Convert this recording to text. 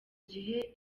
gihe